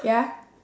ya